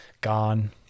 gone